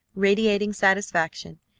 radiating satisfaction.